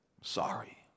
sorry